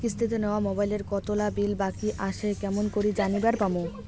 কিস্তিতে নেওয়া মোবাইলের কতোলা বিল বাকি আসে কেমন করি জানিবার পামু?